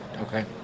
Okay